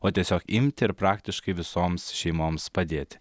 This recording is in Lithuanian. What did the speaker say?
o tiesiog imti ir praktiškai visoms šeimoms padėti